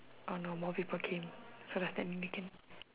oh no more people came so does that mean we can